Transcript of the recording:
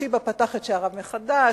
"שיבא" פתח את שעריו מחדש,